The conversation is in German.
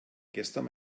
gestern